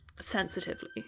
sensitively